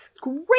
great